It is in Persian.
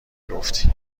گفتی